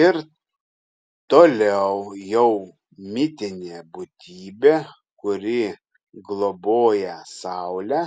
ir toliau jau mitinė būtybė kuri globoja saulę